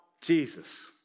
Jesus